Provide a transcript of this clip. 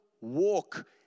walk